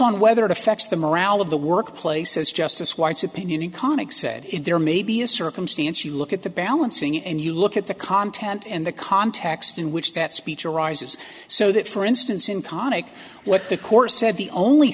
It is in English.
on whether it affects the morale of the workplace as justice white's opinion in comics said there may be a circumstance you look at the balancing and you look at the content and the context in which that speech arises so that for instance in connick what the course said the only